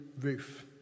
roof